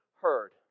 heard